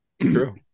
True